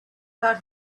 about